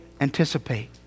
anticipate